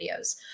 videos